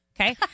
Okay